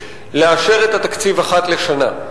לאשר את התקציב אחת לשנה.